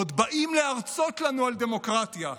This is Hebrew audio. עוד באים להרצות לנו על דמוקרטיה.